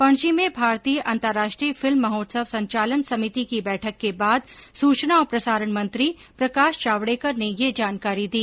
पणजी में भारतीय अंतर्राष्ट्रीय फिल्म महोत्सव संचालन समिति की बैठक के बाद सूचना और प्रसारण मंत्री प्रकाश जावड़ेकर ने यह जानकारी दी